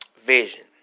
vision